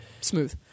smooth